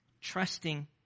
trusting